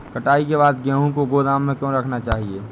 कटाई के बाद गेहूँ को गोदाम में क्यो रखना चाहिए?